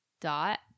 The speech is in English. dot